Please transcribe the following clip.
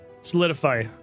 solidify